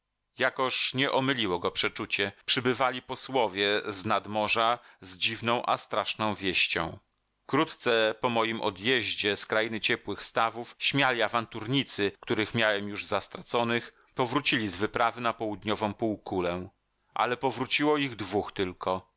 jakoż nie omyliło go przeczucie przybywali posłowie z nad morza z dziwną a straszną wieścią wkrótce po moim odjeździe z krainy ciepłych stawów śmiali awanturnicy których miałem już za straconych powrócili z wyprawy na południową półkulę ale powróciło ich dwóch tylko